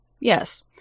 yes